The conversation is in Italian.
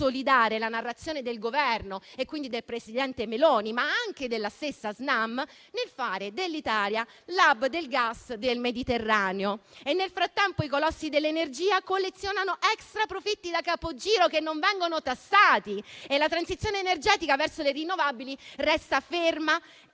la narrazione del Governo e quindi del presidente Meloni, ma anche della stessa Snam, nel fare dell'Italia l'*hub* del gas del Mediterraneo. Nel frattempo, i colossi dell'energia collezionano extraprofitti da capogiro, che non vengono tassati, e la transizione energetica verso le rinnovabili resta ferma